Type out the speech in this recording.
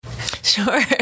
Sure